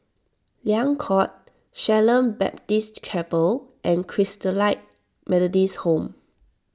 Liang Court Shalom Baptist Chapel and Christalite Methodist Home